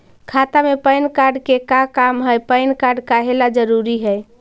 खाता में PAN card के का काम है पैन कार्ड काहे ला जरूरी है?